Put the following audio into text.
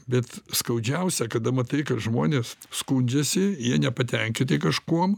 bet skaudžiausia kada matai kad žmonės skundžiasi jie nepatenkinti kažkuo